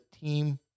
team